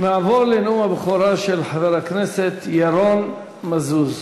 נעבור לנאום הבכורה של חבר הכנסת ירון מזוז.